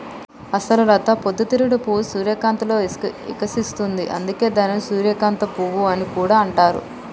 అసలు లత పొద్దు తిరుగుడు పువ్వు సూర్యకాంతిలో ఇకసిస్తుంది, అందుకే దానిని సూర్యకాంత పువ్వు అని కూడా అంటారు